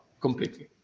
completely